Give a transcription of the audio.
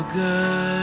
good